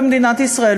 במדינת ישראל,